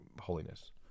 holiness